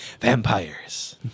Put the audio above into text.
vampires